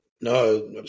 no